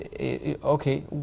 okay